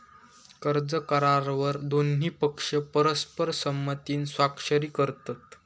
कर्ज करारावर दोन्ही पक्ष परस्पर संमतीन स्वाक्षरी करतत